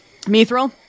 Mithril